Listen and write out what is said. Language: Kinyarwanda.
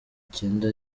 cyenda